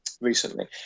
recently